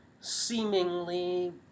seemingly